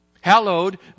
Hallowed